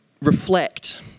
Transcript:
reflect